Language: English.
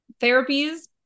therapies